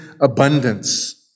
abundance